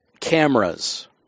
Cameras